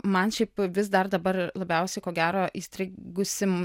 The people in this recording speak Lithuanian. man šiaip vis dar dabar labiausiai ko gero įstrigusi